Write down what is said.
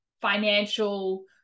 financial